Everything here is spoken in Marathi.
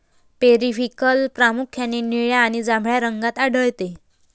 पेरिव्हिंकल प्रामुख्याने निळ्या आणि जांभळ्या रंगात आढळते